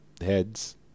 heads